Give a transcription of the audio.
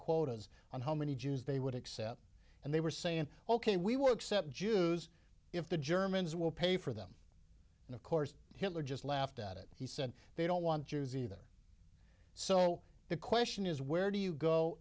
quotas on how many jews they would accept and they were saying ok we will accept jews if the germans will pay for them and of course hitler just laughed at it he said they don't want jews either so the question is where do you go